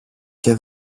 και